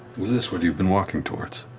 was this what you've been walking towards?